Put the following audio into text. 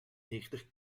negentig